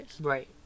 right